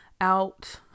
out